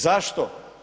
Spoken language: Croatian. Zašto?